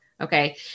Okay